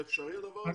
זה אפשרי הדבר הזה?